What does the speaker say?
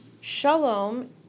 Shalom